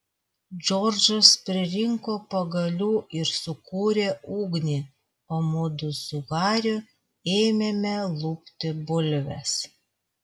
džordžas pririnko pagalių ir sukūrė ugnį o mudu su hariu ėmėme lupti bulves